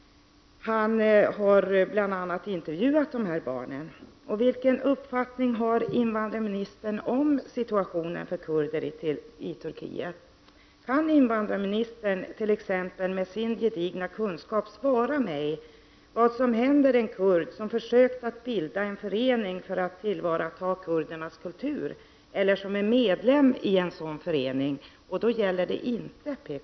Denna reporter har bl.a. intervjuat barn som varit fängslade. Vilken uppfattning har invandrarministern om situationen för kurderna i Turkiet? Kan invandrarministern, med sin gedigna kunskap, svara mig vad som händer en kurd som försökt att bilda en förening för att tillvarata kurdernas kultur eller som är medlem i en sådan förening? Och då gäller det inte PKK.